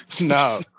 No